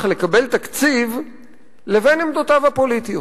לקבל תקציב לבין עמדותיו הפוליטיות.